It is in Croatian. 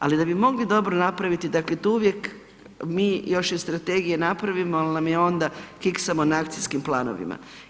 Ali da bi mogli dobro napraviti dakle to uvijek mi još iz strategije napravimo ali nam je onda, kiksamo na akcijskim planovima.